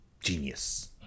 genius